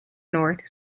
north